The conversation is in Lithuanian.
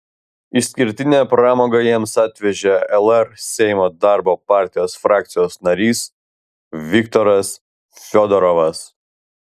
išskirtinę pramogą jiems atvežė lr seimo darbo partijos frakcijos narys viktoras fiodorovas